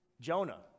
Jonah